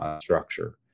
structure